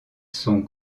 sont